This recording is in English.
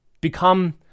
become